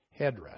headrest